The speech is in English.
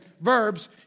verbs